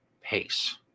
pace